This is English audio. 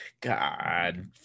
God